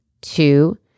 Two